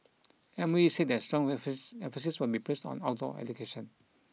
M O E said that strong emphasis emphasis will be placed on outdoor education